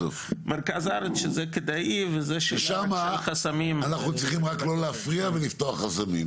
מרכז הארץ שזה כדאי --- שם אנחנו צריכים רק לא להפריע ולפתוח חסמים,